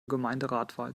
gemeinderatwahl